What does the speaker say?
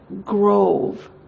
grove